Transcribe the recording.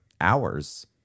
hours